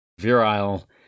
virile